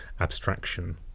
abstraction